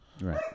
Right